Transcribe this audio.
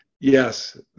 Yes